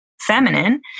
feminine